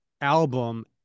album